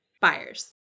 buyers